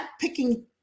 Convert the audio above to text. picking